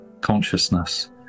consciousness